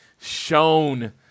shown